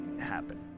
happen